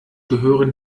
gehören